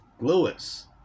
Lewis